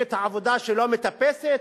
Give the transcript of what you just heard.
ממפלגת העבודה שלא מטפסת,